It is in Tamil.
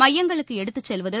மையங்களுக்கு எடுத்துச் செல்வது